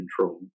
control